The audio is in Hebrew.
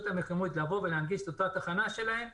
המקומית לבוא ולהנגיש את אותה תחנה שלהם,